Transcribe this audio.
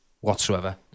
whatsoever